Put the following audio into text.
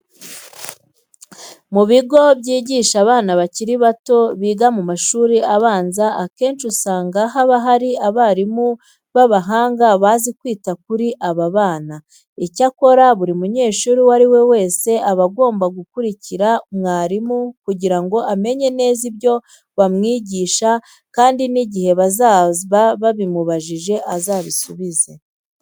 Mu bigo byigisha abana bakiri bato biga mu mashuri abanza akenshi usanga haba hari abarimu b'abahanga bazi kwita kuri aba bana. Icyakora buri munyeshuri uwo ari we wese aba agomba gukurikira mwarimu kugira ngo amenye neza ibyo bamwigisha kandi n'igihe bazaba babimubajije azabisubize.